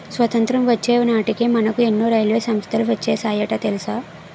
స్వతంత్రం వచ్చే నాటికే మనకు ఎన్నో రైల్వే సంస్థలు వచ్చేసాయట తెలుసా